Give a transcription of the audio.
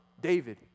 David